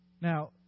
Now